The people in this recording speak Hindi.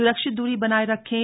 सुरक्षित दूरी बनाए रखें